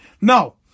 No